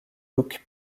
look